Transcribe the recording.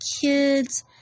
kids